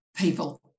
people